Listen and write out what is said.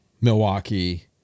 Milwaukee